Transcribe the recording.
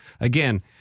Again